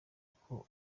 uko